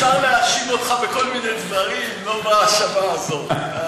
אפשר להאשים אותך בכל מיני דברים, לא בהאשמה הזאת.